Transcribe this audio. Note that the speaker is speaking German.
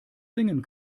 singen